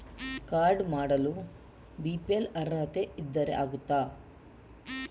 Card ಮಾಡಲು BPL ಅರ್ಹತೆ ಇದ್ದರೆ ಆಗುತ್ತದ?